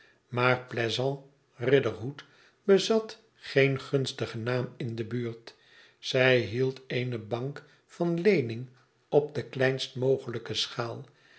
maar pleasant riderhood bezat een gunstigen naam in de buurt zij hield eene bank van leening op de kleinst mogelijke schaal